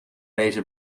deze